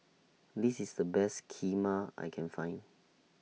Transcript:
This IS The Best Kheema I Can Find